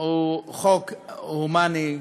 הוא חוק הומני,